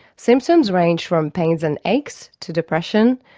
symptoms range from pains and aches, to depression,